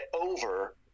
over